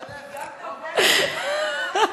היא גם דוברת וגם מנכ"לית.